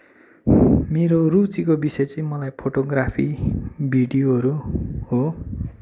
मेरो रुचिको विषय चाहिँ मलाई फोटोग्राफी भिडियोहरू हो